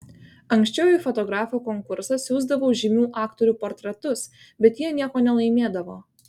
anksčiau į fotografų konkursą siųsdavau žymių aktorių portretus bet jie nieko nelaimėdavo